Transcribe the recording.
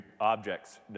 objects